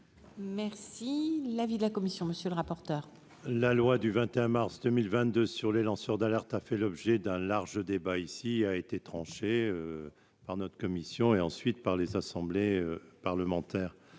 Merci l'avis de la commission, monsieur le rapporteur. La loi du 21 mars 2022 sur les lanceurs d'alerte, a fait l'objet d'un large débat ici a été tranchée par notre commission et ensuite par les assemblées parlementaires